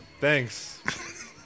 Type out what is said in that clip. Thanks